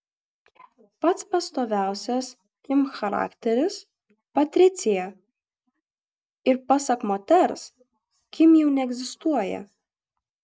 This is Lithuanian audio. pats pastoviausias kim charakteris patricija ir pasak moters kim jau neegzistuoja